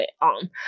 on